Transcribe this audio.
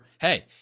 hey